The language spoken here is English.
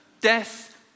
Death